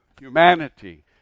humanity